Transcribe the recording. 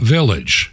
Village